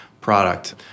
product